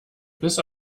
bis